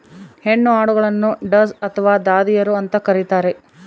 ಹೆಣ್ಣು ಆಡುಗಳನ್ನು ಡಸ್ ಅಥವಾ ದಾದಿಯರು ಅಂತ ಕರೀತಾರ